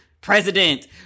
President